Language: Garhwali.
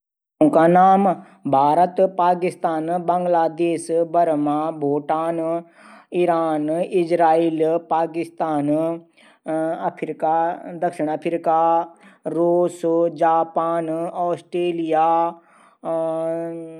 एक उथली पुथली आलामारी थै ठिक कनू कुन सबसे पैली सबी कपडो तै निकाल दिन। फिर आलामारी मा अच्छे से अखबार बिछै कि सभी कपडो की तैय लगैई अच्छे से रखण।